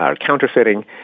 Counterfeiting